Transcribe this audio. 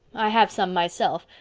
i have some myself,